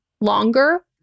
longer